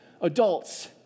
adults